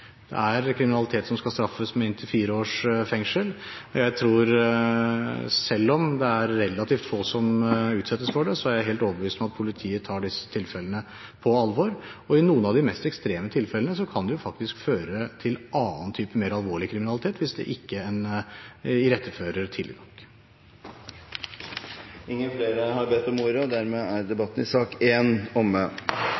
Det er kriminalitet som skal straffes med inntil fire års fengsel. Selv om det er relativt få som utsettes for det, er jeg helt overbevist om at politiet tar disse tilfellene på alvor. I noen av de mest ekstreme tilfellene kan det faktisk føre til annen type mer alvorlig kriminalitet hvis en ikke irettefører tidlig. Replikkordskiftet er omme. Flere har ikke bedt om ordet